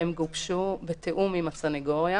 הם גובשו בתיאום עם הסנגוריה.